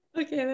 Okay